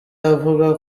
avuga